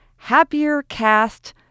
happiercast